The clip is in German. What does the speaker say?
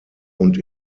und